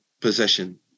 possession